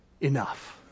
enough